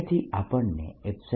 તેથી આપણને 0